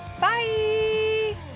bye